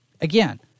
Again